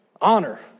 Honor